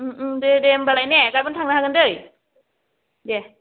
दे दे होमब्लालाय ने गाबोन थांनो हागोन दै दे